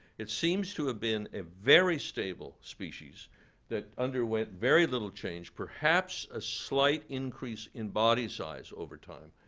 it seems to have been a very stable species that underwent very little change, perhaps a slight increase in body size over time,